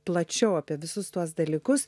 plačiau apie visus tuos dalykus